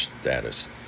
status